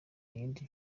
yindi